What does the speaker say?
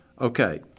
okay –